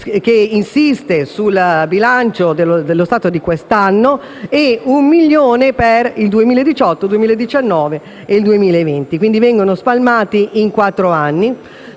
che insistono sul bilancio dello Stato di quest'anno ed un milione per il 2018, 2019 e 2020 (quindi spalmati in quattro anni)